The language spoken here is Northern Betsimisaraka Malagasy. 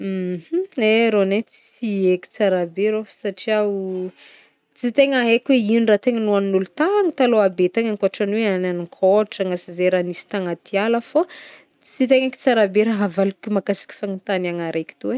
Eh rôgny e, tsy heky tsara be rô satria tsy de tegna haiko hoe ino raha tegna nohagnin'ôlo tagny talôha be tagny ankotran'ny hoe hagnihagninkôtragna sy ze raha nisy tanaty ala fô, tsy de haiko tsara be raha havaliko mahakasiky fagnotaniagna araiky tô e.